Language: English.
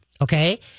okay